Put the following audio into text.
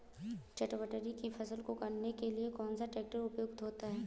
चटवटरी की फसल को काटने के लिए कौन सा ट्रैक्टर उपयुक्त होता है?